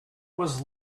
was